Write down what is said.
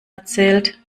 erzählt